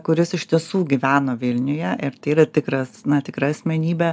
kuris iš tiesų gyveno vilniuje ir tai yra tikras na tikra asmenybė